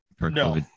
No